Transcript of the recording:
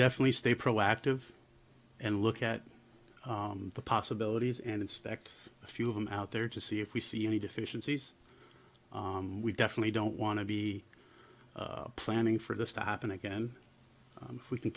definitely stay proactive and look at the possibilities and inspect a few of them out there to see if we see any deficiencies and we definitely don't want to be planning for this to happen again if we can